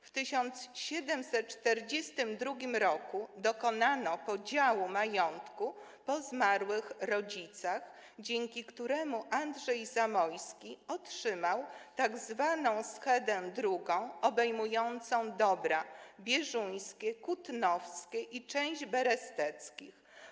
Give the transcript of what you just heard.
W 1742 r. dokonano podziału majątku po zmarłych rodzicach, dzięki któremu Andrzej Zamoyski otrzymał tzw. schedę drugą, obejmującą dobra bieżuńskie, kutnowskie i część beresteckich.